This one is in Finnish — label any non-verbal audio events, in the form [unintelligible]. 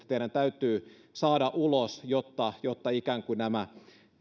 [unintelligible] teidän täytyy näin ollen saada konkreettisesti ulos syksyn budjettiriihestä jotta nämä